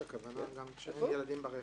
בכל עת הכוונה גם כשאין ילדים ברכב.